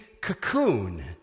cocoon